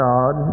God